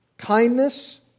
kindness